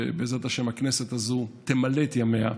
שבעזרת השם הכנסת הזאת תמלא את ימיה,